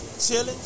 Chilling